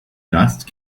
dust